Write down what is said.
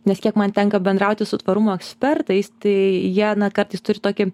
nes kiek man tenka bendrauti su tvarumo ekspertais tai jie kartais turi tokį